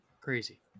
crazy